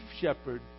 shepherd